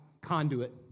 conduit